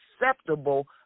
acceptable